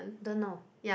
don't know